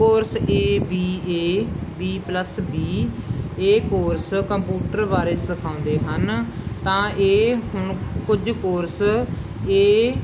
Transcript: course A B A B plus B ਇਹ course computer ਬਾਰੇ ਸਿਖਾਉਂਦੇ ਹਨ ਤਾਂ ਇਹ ਹੁਣ ਕੁਝ ਏ